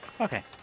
Okay